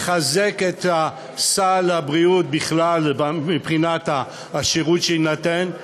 לחזק את סל הבריאות בכלל, מבחינת השירות שיינתן,